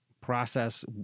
process